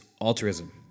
altruism